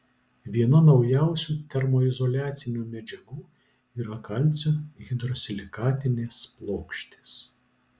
viena naujausių termoizoliacinių medžiagų yra kalcio hidrosilikatinės plokštės